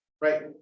right